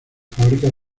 fábricas